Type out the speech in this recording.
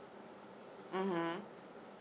(uh huh)